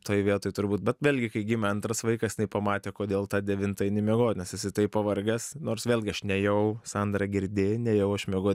toj vietoj turbūt bet vėlgi kai gimė antras vaikas jinai pamatė kodėl tą devintą eini miegot nes esi taip pavargęs nors vėlgi aš nėjau sandra girdi nėjau aš miegot